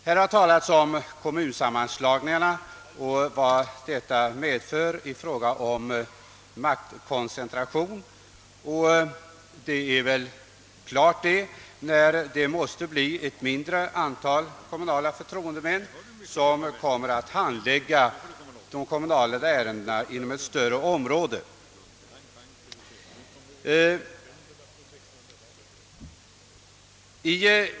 Här har talats om kommunsammanslagningarna och om vad dessa medför i fråga om maktkoncentration, när det blir ett mindre antal kommunala förtroendemän som kommer att handlägga de kommunala ärendena inom ett större område; Om detta vill jag säga några ord.